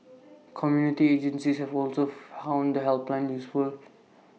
community agencies have also found the helpline useful